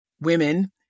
women